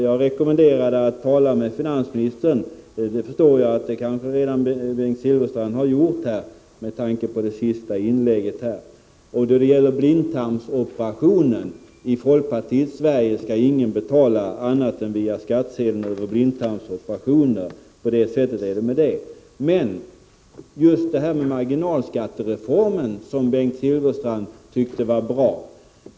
Jag rekommenderade honom att tala med finansministern, men jag förstår att Bengt Silfverstrand kanske redan har gjort det, med tanke på det senaste inlägget. När det gäller blindtarmsoperationen vill jag bara säga att i folkpartiets Sverige skall ingen behöva betala blindtarmsoperationer annat än via skattsedeln. Så är det med det. Bengt Silfverstrand tyckte att marginalskattereformen var bra.